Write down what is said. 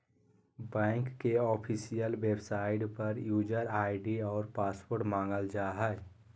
bank के official website पर user ID और पासवर्ड मांगल जा हइ